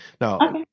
Now